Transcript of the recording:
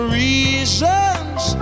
reasons